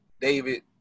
David